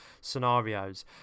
scenarios